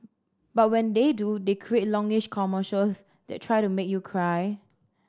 but when they do they create longish commercials that try to make you cry